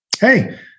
hey